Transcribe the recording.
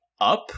up